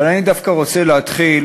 אבל אני דווקא רוצה להתחיל